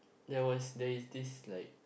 there was there is this like